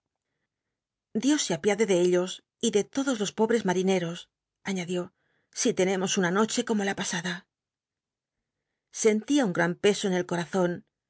dios se apiade de ellos y de todos los pobl'es marineros añadió si tenemos una noche como la pas tda sentía un gran peso en el corazon